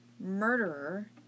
murderer